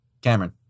Cameron